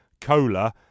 cola